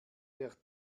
der